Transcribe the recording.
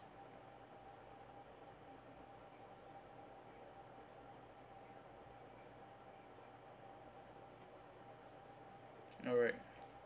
alright